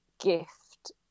gift